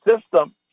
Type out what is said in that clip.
system